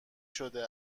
شده